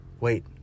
Wait